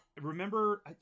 remember